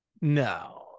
No